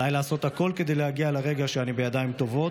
עליי לעשות הכול כדי להגיע לרגע שאני בידיים טובות,